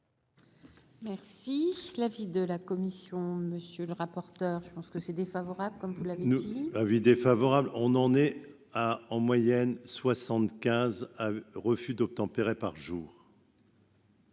Merci l'avis de la commission, monsieur le rapporteur, je pense que c'est défavorable comme vous l'avez dit. Avis défavorable, on en est à en moyenne 75 refus d'obtempérer par jour.